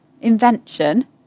invention